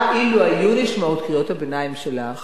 גם אילו היו נשמעות קריאות הביניים שלך,